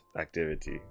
activity